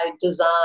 design